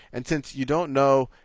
and since you don't know